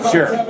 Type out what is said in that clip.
Sure